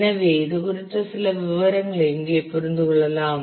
எனவே இது குறித்த சில விவரங்களை இங்கே புரிந்துகொள்ளலாம்